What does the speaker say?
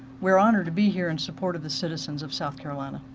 we are honored to be here in support of the citizens of south carolina.